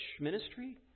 ministry